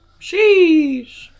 Sheesh